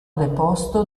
deposto